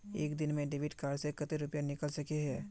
एक दिन में डेबिट कार्ड से कते रुपया निकल सके हिये?